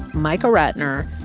micah ratner,